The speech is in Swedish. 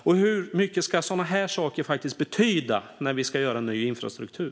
Och hur mycket ska sådana här saker betyda när vi ska ha ny infrastruktur?